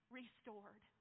restored